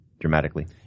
Dramatically